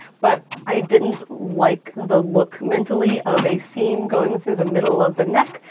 but i didn't like the look mentally of a seam going through the middle of the neck,